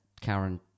Karen